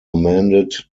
amended